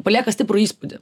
palieka stiprų įspūdį